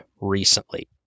recently